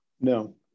No